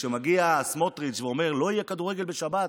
כשמגיע סמוטריץ' ואומר שלא יהיה כדורגל בשבת,